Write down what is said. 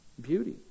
beauty